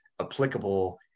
applicable